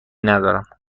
ندارم